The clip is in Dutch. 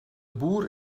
boer